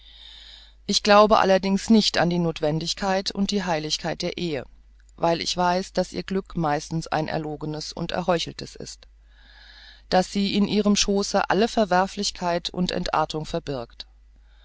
ich glaube allerdings nicht an die nothwendigkeit und heiligkeit der ehe weil ich weiß daß ihr glück meistens ein erlogenes und erheucheltes ist daß sie in ihrem schoße alle verwerflichkeit und entartung verbirgt